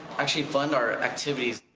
actually it fund our activities.